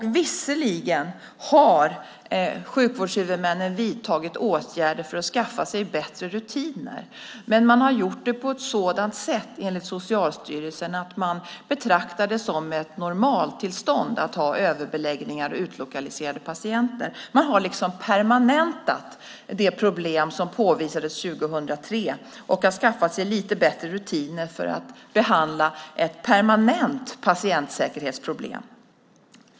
Visserligen har sjukvårdshuvudmännen vidtagit åtgärder för att skaffa sig bättre rutiner, men man har gjort det på ett sådant sätt, enligt Socialstyrelsen, att man betraktar det som ett normaltillstånd att ha överbeläggningar och utlokaliserade patienter. Man har liksom permanentat det problem som påvisades 2003 och har skaffat sig lite bättre rutiner för att behandla ett permanent patientsäkerhetsproblem.